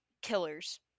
Killers